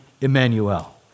Emmanuel